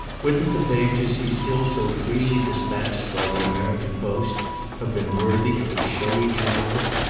wouldn't the pages he still so freely dispatched by the american post have been worthy of a showy journalist,